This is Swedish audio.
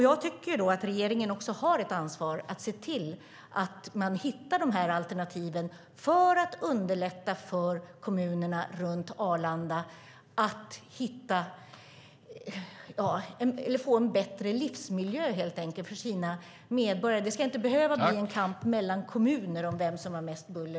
Jag tycker att regeringen har ett ansvar att se till att man hittar dessa alternativ för att underlätta för kommunerna runt Arlanda att helt enkelt få en bättre livsmiljö för sina medborgare. Det ska inte behöva bli en kamp mellan kommuner om vem som har mest buller.